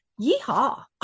Yeehaw